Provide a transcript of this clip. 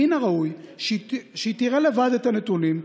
מן הראוי שהיא תראה לבד את הנתונים.